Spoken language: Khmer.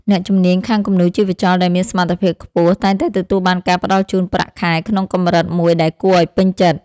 អ្នកជំនាញខាងគំនូរជីវចលដែលមានសមត្ថភាពខ្ពស់តែងតែទទួលបានការផ្តល់ជូនប្រាក់ខែក្នុងកម្រិតមួយដែលគួរឱ្យពេញចិត្ត។